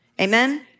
Amen